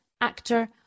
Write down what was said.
actor